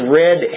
red